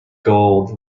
gold